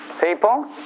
people